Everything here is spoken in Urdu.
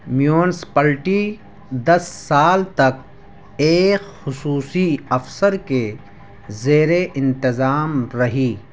میونسپلٹی دس سال تک ایک خصوصی افسر کے زیر انتظام رہی